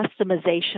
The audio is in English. customization